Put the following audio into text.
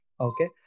Okay